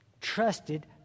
trusted